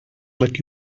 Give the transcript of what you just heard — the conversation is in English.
let